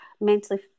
mentally